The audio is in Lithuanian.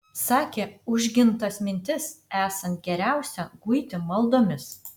sakė užgintas mintis esant geriausia guiti maldomis